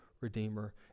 Redeemer